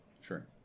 sure